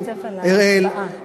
אראל,